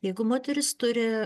jeigu moteris turi